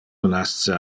nasce